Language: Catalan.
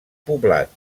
poblat